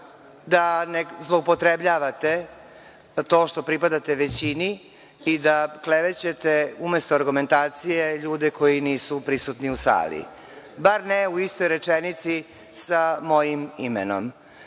da ne zloupotrebljavate to što pripadate većini i da klevećete, umesto argumentacije, ljude koji nisu prisutni u sali, bar ne u istoj rečenici sa mojim imenom.